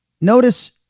notice